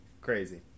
crazy